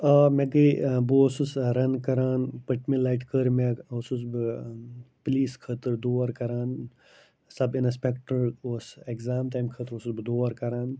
آ مےٚ گٔے بہٕ اوسُس رَن کَران پٔتۍمہِ لَٹہِ کٔر مےٚ اوسُس بہٕ پٕلیٖس خٲطرٕ دور کَران سَب اِنَسپٮ۪کٹَر اوس اٮ۪کزام تَمہِ خٲطرٕ اوسُس بہٕ دور کَران